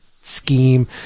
scheme